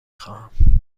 خواهم